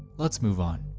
let's move on